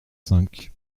cinq